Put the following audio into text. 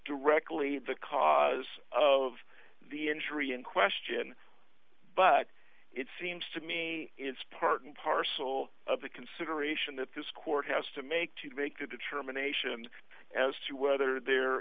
directly the cause of the injury in question but it seems to me it's part and parcel of the consideration that this court has to make to make the determination as to whether there